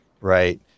Right